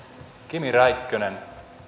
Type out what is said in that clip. kimi räikkönen